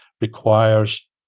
requires